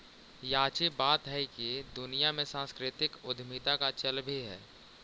याची बात हैकी दुनिया में सांस्कृतिक उद्यमीता का चल भी है